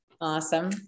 Awesome